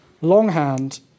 Longhand